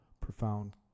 profound